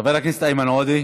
חבר הכנסת איימן עודה,